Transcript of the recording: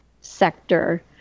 sector